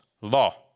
law